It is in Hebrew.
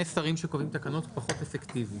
שרים שקובעים תקנות הוא פחות אפקטיבי.